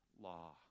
law